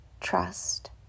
trust